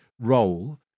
role